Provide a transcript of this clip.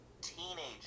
teenage